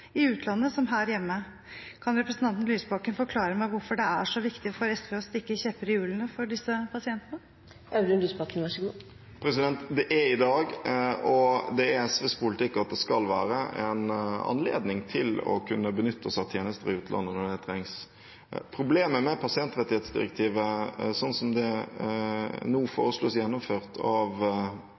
i utlandet som her hjemme. Kan representanten Lysbakken forklare meg hvorfor det er så viktig for SV å stikke kjepper i hjulene for disse pasientene? Det er i dag – og det er SVs politikk at det skal være – en anledning til å kunne benytte seg av tjenester i utlandet når det trengs. Problemet med pasientrettighetsdirektivet sånn som det nå foreslås gjennomført av